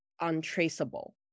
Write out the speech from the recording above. untraceable